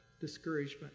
discouragement